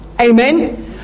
Amen